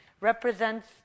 represents